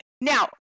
Now